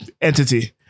entity